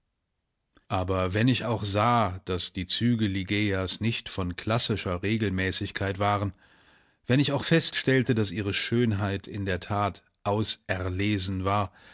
aber wenn ich auch sah daß die züge ligeias nicht von klassischer regelmäßigkeit waren wenn ich auch feststellte daß ihre schönheit in der tat auserlesen war